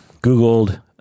Googled